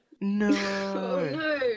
No